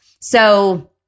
So-